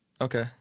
Okay